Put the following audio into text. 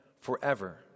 forever